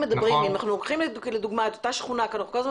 אם אנחנו לוקחים לדוגמה את אותה שכונה אנחנו כל הזמן